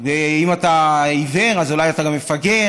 ואם אתה עיוור אז אולי אתה גם מפגר,